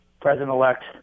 President-elect